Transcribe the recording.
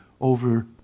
over